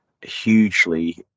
hugely